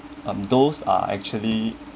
um those are actually